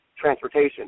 transportation